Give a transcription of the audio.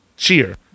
cheer